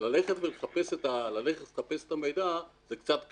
ללכת ולחפש את המידע, זה קצת קשה.